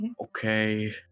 Okay